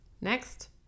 Next